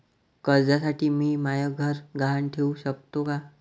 कर्जसाठी मी म्हाय घर गहान ठेवू सकतो का